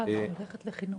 ולמשרד הביטחון.